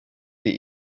die